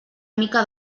mica